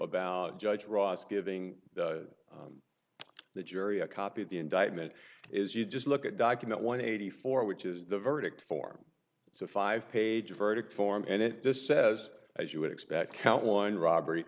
about judge ross giving the jury a copy of the indictment is you just look at document one eighty four which is the verdict form it's a five page verdict form and it just says as you would expect count one robbery